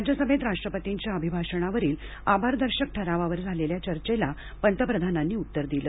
राज्यसभेत राष्ट्रपतींच्या अभिभाषणावरील आभारदर्शक ठरावावर झालेल्या चर्चेला पंतप्रधानांनी उत्तर दिलं